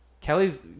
kelly's